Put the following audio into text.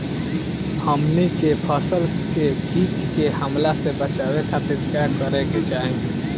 हमनी के फसल के कीट के हमला से बचावे खातिर का करे के चाहीं?